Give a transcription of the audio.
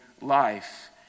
life